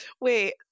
wait